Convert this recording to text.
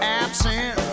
absent